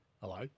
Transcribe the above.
Hello